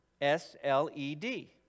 S-L-E-D